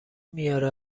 میاره